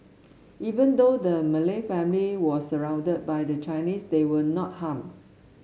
even though the Malay family was surrounded by the Chinese they were not harmed